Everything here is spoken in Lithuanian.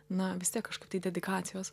na vis tiek kažkaip tai dedikacijos